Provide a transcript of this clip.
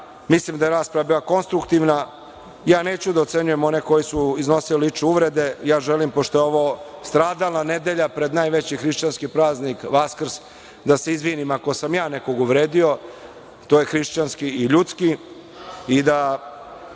Mislim da je rasprava bila konstruktivna. Ja neću da ocenjujem one koji su iznosili lične uvrede. Želim pošto je ovo stradalna nedelja pred najveći hrišćanski praznik Vaskrs da se izvinim ako sam ja nekog uvredio, to je hrišćanski i ljudski